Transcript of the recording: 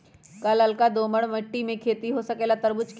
का लालका दोमर मिट्टी में खेती हो सकेला तरबूज के?